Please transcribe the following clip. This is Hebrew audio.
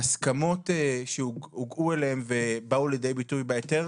שההסכמות שהגיעו אליהם ובאו לידי ביטוי בהיתר,